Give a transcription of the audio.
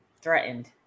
threatened